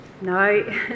No